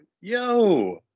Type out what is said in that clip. yo